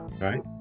Right